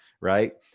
right